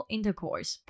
Intercourse